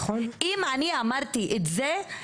אם אני אמרתי את זה,